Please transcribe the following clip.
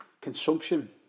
consumption